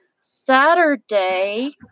saturday